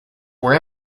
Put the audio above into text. were